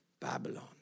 Babylon